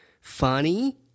funny